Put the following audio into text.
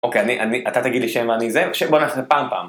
אוקיי, אני אני, אתה תגידי לי שם ואני זה, בוא נעשה פעם פעם.